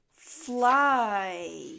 fly